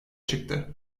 çıktı